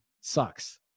Sucks